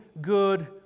good